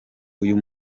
uyu